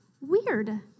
weird